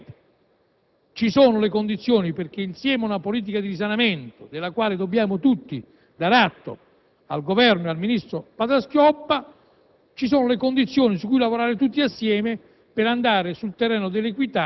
rispetto alla quale la nostra sintesi politica è la seguente: sicuramente ci sono le condizioni perché, insieme ad una politica di risanamento, della quale dobbiamo tutti dare atto al Governo e al ministro Padoa-Schioppa,